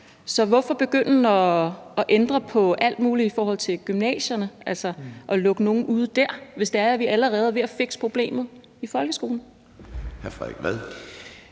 Så hvorfor begynde at ændre på alt muligt i forhold til gymnasierne og lukke nogen ude dér, hvis det er sådan, at vi allerede er ved at fikse problemet i folkeskolen?